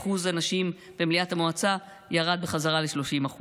אחוז הנשים במליאת המועצה ירד בחזרה ל-30%.